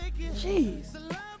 Jeez